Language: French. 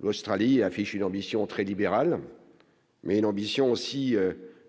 L'Australie affiche une ambition très libéral mais l'ambition aussi